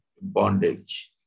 bondage